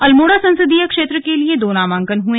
अल्मोड़ा संसदीय क्षेत्र के लिए दो नामांकन हुए